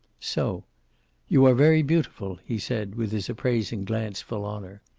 so you are very beautiful, he said with his appraising glance full on her.